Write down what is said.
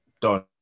done